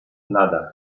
nada